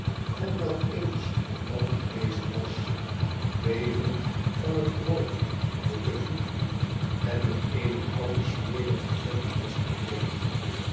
van wat eens een man geweest was bevend van het hoofd tot de voeten en met eene oude smerige vette jas bekleed